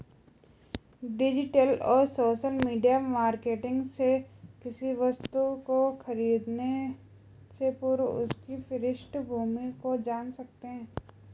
digital और social media marketing से किसी वस्तु को खरीदने से पूर्व उसकी पृष्ठभूमि को जान सकते है